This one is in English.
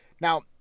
Now